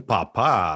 Papa